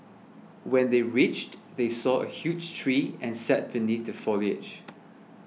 when they reached they saw a huge tree and sat beneath the foliage